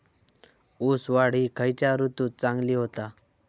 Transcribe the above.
ऊस वाढ ही खयच्या ऋतूत चांगली होता?